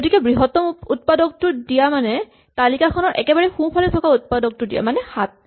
গতিকে বৃহত্তম উৎপাদকটো দিয়া মানে তালিকাখনৰ একেবাৰে সোঁফালে থকা উৎপাদকটো দিয়া মানে ৭